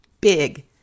big